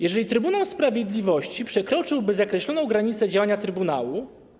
Jeżeli Trybunał Sprawiedliwości przekroczyłby zakreśloną granicę działania trybunału.